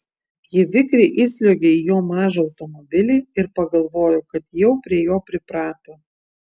ji vikriai įsliuogė į jo mažą automobilį ir pagalvojo kad jau prie jo priprato